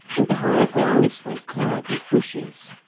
and the higher grounds were clad with bushes.